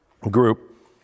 group